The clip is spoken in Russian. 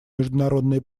международные